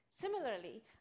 Similarly